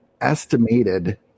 estimated